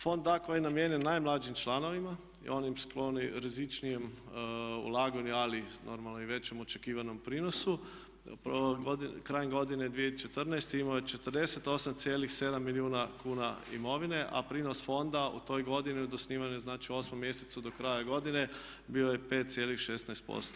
Fond A koji je namijenjen najmlađim članovima i onim sklonim rizičnijem ulaganju ali normalno i većem očekivanom prinosu krajem godine 2014. imao je 48,7 milijuna kuna imovine, a prinos fonda u toj godini od osnivanja znači u 8. mjesecu do kraja godine bio je 5,16%